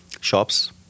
shops